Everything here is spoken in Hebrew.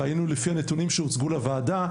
ראינו לפי הנתונים שהוצגו לוועדה,